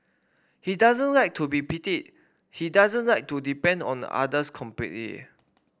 he doesn't like to be pitied he doesn't like to depend on the others completely